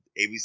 ABC